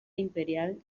imperial